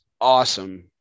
awesome